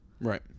right